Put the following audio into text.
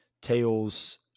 tales